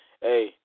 hey